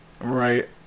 right